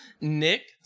Nick